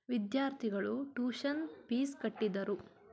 ವಿದ್ಯಾರ್ಥಿಗಳು tuition fees ಕಟ್ಟಿದರು